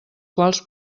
quals